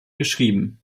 geschrieben